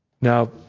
Now